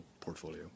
portfolio